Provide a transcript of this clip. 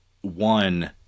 one